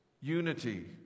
unity